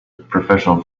professional